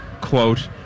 quote